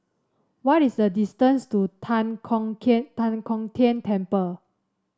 what is the distance to Tan Kong Tan Kong Tian Temple